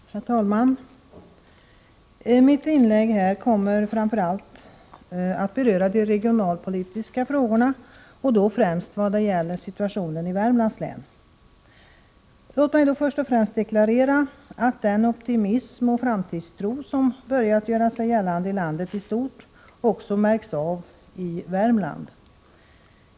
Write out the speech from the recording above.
Herr talman! Mitt inlägg här kommer framför allt att beröra de regionalpolitiska frågorna och då främst situationen i Värmlands län. Låt mig först och främst deklarera att den optimism och framtidstro som börjat göra sig gällande i landet i stort också märks av i Värmland.